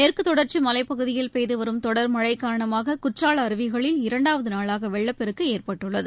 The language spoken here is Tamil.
மேற்கு தொடர்ச்சி மலைப்பகுதியில் பெய்து வரும் தொடர் மழை காரணமாக குற்றால அருவிகளில் இரண்டாவது நாளாக வெள்ளப்பெருக்கு ஏற்பட்டுள்ளது